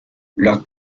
leur